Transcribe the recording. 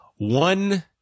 one